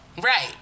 Right